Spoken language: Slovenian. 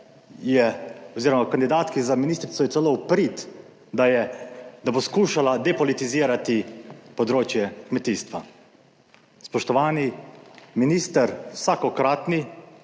oz. kandidatki za ministrico je celo v prid, da bo skušala depolitizirati področje kmetijstva. Spoštovani minister, vsakokratni,